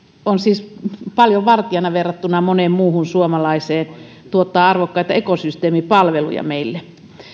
on siis paljon vartijana verrattuna moneen muuhun suomalaiseen tuottaa arvokkaita ekosysteemipalveluja meille